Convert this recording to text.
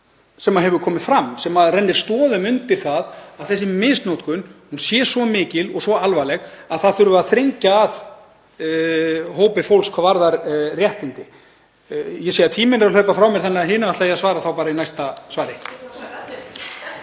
sem hefur komið fram sem rennir stoðum undir það að þessi misnotkun sé svo mikil og svo alvarleg að það þurfi að þrengja að hópi fólks hvað varðar réttindi. Ég sé að tíminn er að hlaupa frá mér þannig að hinu ætla ég að svara í næsta svari.